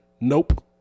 Nope